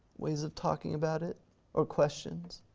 ways of talking about it or questions?